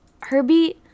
herbie